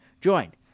joined